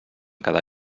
quedar